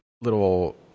little